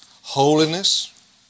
holiness